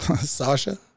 Sasha